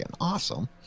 awesome